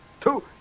two